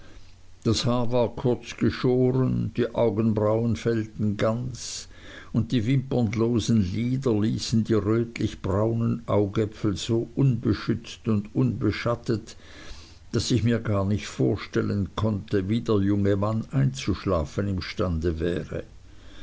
das haar war kurz geschoren die augenbrauen fehlten ganz und die wimperlosen lider ließen die rötlichbraunen augäpfel so unbeschützt und unbeschattet daß ich mir gar nicht vorstellen konnte wie der junge mann einzuschlafen imstande wäre